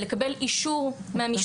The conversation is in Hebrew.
הצעת החוק מבקשת לקבל אישור מהמשטרה